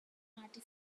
party